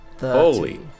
Holy